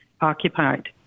occupied